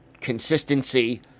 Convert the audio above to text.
consistency